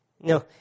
No